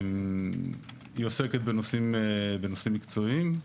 היא עוסקת בנושאים מקצועיים.